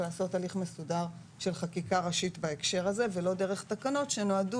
לעשות הליך מסודר של חקיקה ראשית בהקשר הזה ולא דרך תקנות שנועדו